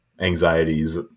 anxieties